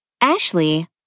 Ashley